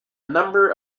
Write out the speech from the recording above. number